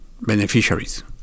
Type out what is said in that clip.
beneficiaries